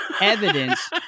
evidence